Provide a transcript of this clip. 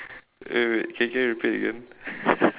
wait wait can can you repeat again